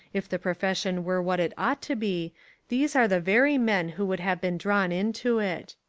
if the profession were what it ought to be these are the very men who would have been drawn into it.